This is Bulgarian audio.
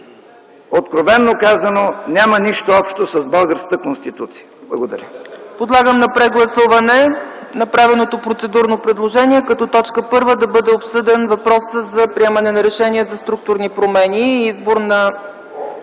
откровено казано няма нищо общо с българската Конституция. Благодаря.